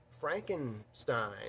Frankenstein